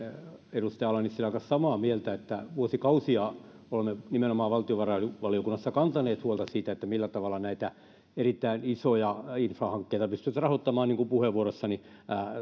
edustaja ala nissilän kanssa samaa mieltä että vuosikausia olemme nimenomaan valtiovarainvaliokunnassa kantaneet huolta siitä millä tavalla näitä erittäin isoja infrahankkeita pystyttäisiin rahoittamaan niin kuin puheenvuorossani